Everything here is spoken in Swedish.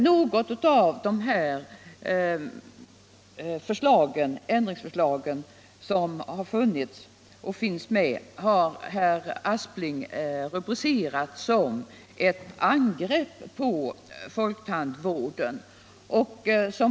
Något av ändringsförslagen har herr Aspling rubricerat som ett angrepp på folktandvården.